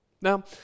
Now